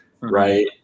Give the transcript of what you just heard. right